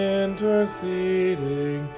interceding